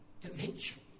dimension